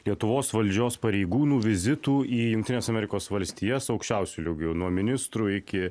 lietuvos valdžios pareigūnų vizitų į jungtines amerikos valstijas aukščiausiuoju jeigu nuo ministrų iki